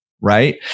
right